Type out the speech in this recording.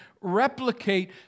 replicate